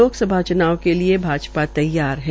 लोकसभा च्नावों के लिए भाजपा तैयार है